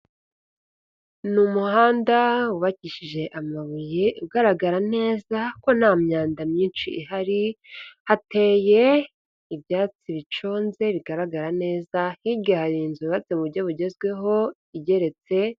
Ni umuhanda wubakishije amabuye ugaragara neza ko nta myanda myinshi ihari, hateye ibyatsi biconze bigaragara neza, hirya hari inzu yubatse mu buryo bugezweho igeretse.